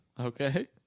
Okay